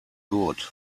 good